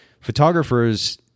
photographers